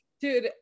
Dude